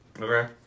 Okay